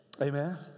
Amen